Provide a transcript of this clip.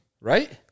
right